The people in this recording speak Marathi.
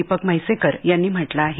दीपक म्हैसेकर यांनी म्हटलं आहे